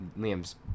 Liam's